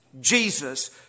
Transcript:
Jesus